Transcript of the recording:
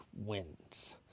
wins